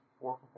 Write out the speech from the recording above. four